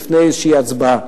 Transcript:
לפני איזושהי הצבעה,